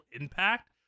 impact